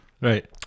Right